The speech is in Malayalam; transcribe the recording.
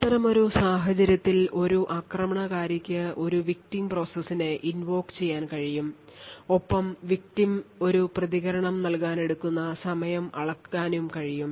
അത്തരമൊരു സാഹചര്യത്തിൽഒരു ആക്രമണകാരിക്ക് ഒരു victim പ്രോസസ്സിനെ invoke ചെയ്യാൻ കഴിയും ഒപ്പം victim ഒരു പ്രതികരണം നൽകാൻ എടുക്കുന്ന സമയം അളക്കാനും കഴിയും